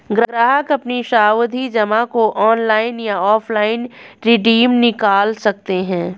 ग्राहक अपनी सावधि जमा को ऑनलाइन या ऑफलाइन रिडीम निकाल सकते है